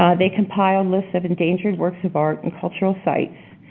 um they compiled lists of endangered works of arts in cultural sites.